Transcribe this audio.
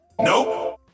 Nope